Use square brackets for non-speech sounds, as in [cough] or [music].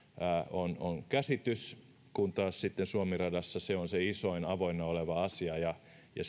on on käsitys kun taas sitten suomi radassa se on se isoin avoinna oleva asia ja ja [unintelligible]